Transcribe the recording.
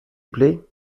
plait